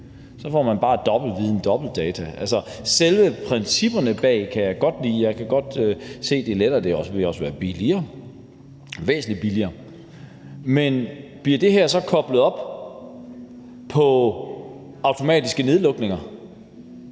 så får man dobbeltviden og dobbeltdata. Selve principperne bag kan jeg godt lide, jeg kan godt se, det vil gøre det lettere, og det vil også være væsentlig billigere. Men bliver det her så koblet op på automatiske nedlukninger?